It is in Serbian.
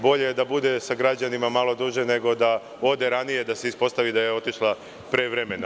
Bolje je da bude sa građanima malo duže nego da ode ranije, da se ispostavi da je otišla pre vremena.